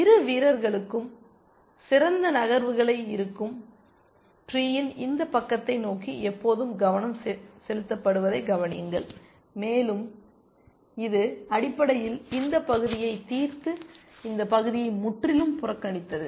இரு வீரர்களுக்கும் சிறந்த நகர்வுகள் இருக்கும் ட்ரீயின் இந்த பக்கத்தை நோக்கி எப்போதும் கவனம் செலுத்தப்படுவதை கவனியுங்கள் மேலும் இது அடிப்படையில் இந்த பகுதியை தீர்த்து இந்த பகுதியை முற்றிலும் புறக்கணித்தது